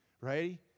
right